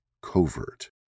covert